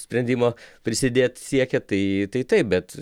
sprendimo prisidėt siekia tai tai taip bet